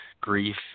grief